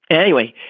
anyway,